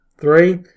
three